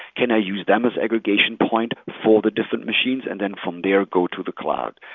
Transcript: can i use them as aggregation point for the different machines, and then from there go to the cloud.